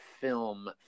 film